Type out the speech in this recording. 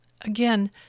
again